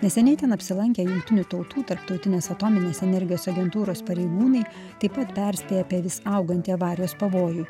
neseniai ten apsilankę jungtinių tautų tarptautinės atominės energijos agentūros pareigūnai taip pat perspėja apie vis augantį avarijos pavojų